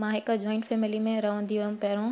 मां हिकु joint family में रहंदी हुयमि पहिरियों